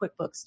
QuickBooks